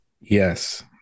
Yes